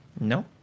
No